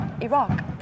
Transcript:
Iraq